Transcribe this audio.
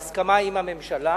להסכמה עם הממשלה,